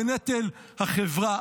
בנטל החברה.